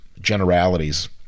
generalities